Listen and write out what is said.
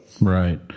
Right